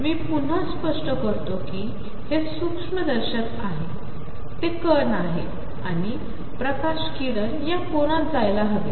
तर मीपुन्हास्पष्टकरतोकीहेसूक्ष्मदर्शकआहे तेकणआहेआणिप्रकाशकिरणयाकोनातजायलाहवेत